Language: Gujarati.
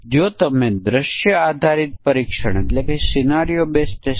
દરેક દૃશ્ય સીધા સમકક્ષતા વર્ગ બની જશે